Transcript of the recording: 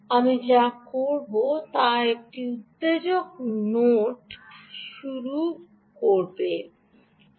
এবং আমি যা করব তা হল আমি কী করছি তা একটি উত্তেজক নোট শুরু করব